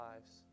lives